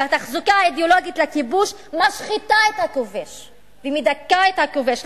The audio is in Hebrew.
ותחזוקה אידיאולוגית לכיבוש משחיתה את הכובש ומדכאה את הכובש.